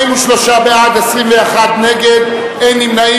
43 בעד, 21 נגד, אין נמנעים.